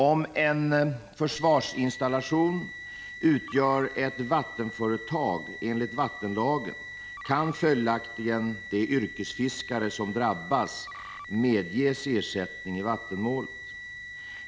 Om en försvarsinstallation utgör ett vattenföretag enligt vattenlagen, kan 67 följaktligen de yrkesfiskare som drabbas medges ersättning i vattenmålet.